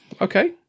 okay